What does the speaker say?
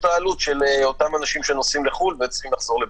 אותה עלות של אותם אנשים שנוסעים לחו"ל וצריכים לחזור לבידוד.